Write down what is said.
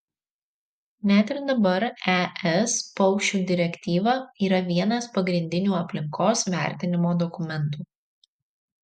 net ir dabar es paukščių direktyva yra vienas pagrindinių aplinkos vertinimo dokumentų